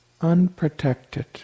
unprotected